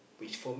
I don't